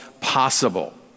possible